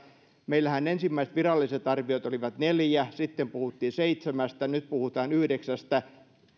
meillähän ensimmäiset viralliset arviot olivat neljä sitten puhuttiin seitsemästä nyt puhutaan yhdeksästä ja